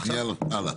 יאללה, הלאה.